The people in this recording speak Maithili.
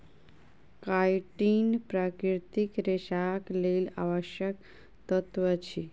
काइटीन प्राकृतिक रेशाक लेल आवश्यक तत्व अछि